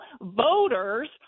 voters